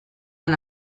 han